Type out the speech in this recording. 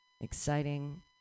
Exciting